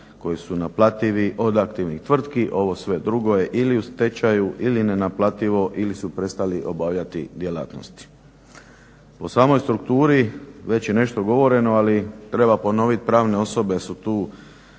koji su naplativi od aktivnih tvrtki. Ovo sve drugo je ili u stečaju ili nenaplativo ili su prestali obavljati djelatnosti. O samoj strukturi već je nešto govoreno, ali treba ponoviti pravne osobe su tu